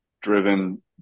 driven